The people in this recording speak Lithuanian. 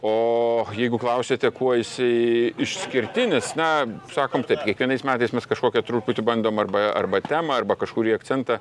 o jeigu klausiate kuo jisai išskirtinis na sakom taip kiekvienais metais mes kažkokią truputį bandom arba arba temą arba kažkurį akcentą